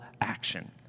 action